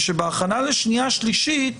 ושבהכנה לשנייה ושלישית,